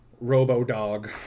Robo-Dog